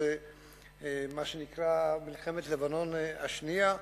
מה שנקרא מלחמת לבנון השנייה,